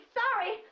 sorry